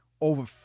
Over